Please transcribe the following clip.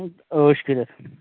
عٲش کٔرِتھ